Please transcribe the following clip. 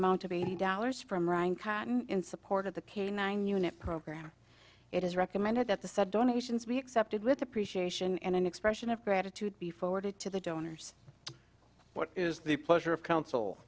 amount of eighty dollars from ryan cotton in support of the canine unit program it is recommended that the said donations be accepted with appreciation and an expression of gratitude be forwarded to the donors what is the pleasure of counsel